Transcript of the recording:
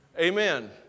Amen